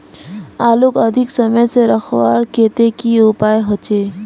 आलूक अधिक समय से रखवार केते की उपाय होचे?